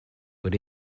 but